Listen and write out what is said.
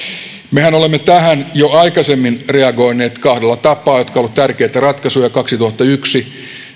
mehän olemme tähän jo aikaisemmin reagoineet kahdella tapaa jotka ovat olleet tärkeitä ratkaisuja vuonna kaksituhattayksi